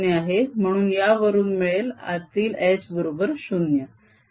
म्हणून यावरून मिळेल आतील H बरोबर 0